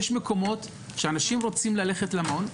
יש מקומות שאנשים רוצים ללכת למעון,